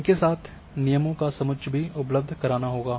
इनके साथ नियमों का समुच्चय भी उपलब्ध कराना होगा